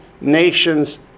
nations